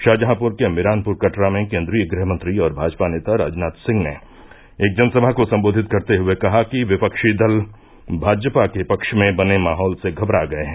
शाहजहांपुर के मिरानपुर कटरा में केन्द्रीय गृह मंत्री और भाजपा नेता राजनाथ सिंह ने एक जनसभा को सम्बोधित करते हये कहा कि विफ्री दल भाजपा के पक्ष में बने माहौल से घबरा गये हैं